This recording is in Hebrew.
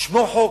לשמור חוק.